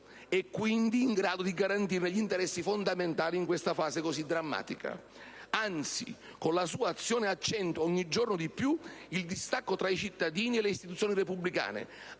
e quindi in grado di garantirne gli interessi fondamentali in questa fase così drammatica. Anzi, con la sua azione accentua ogni giorno di più il distacco tra i cittadini e le istituzioni repubblicane,